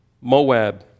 moab